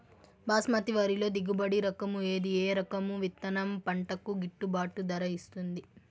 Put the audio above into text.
బాస్మతి వరిలో దిగుబడి రకము ఏది ఏ రకము విత్తనం పంటకు గిట్టుబాటు ధర ఇస్తుంది